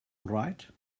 right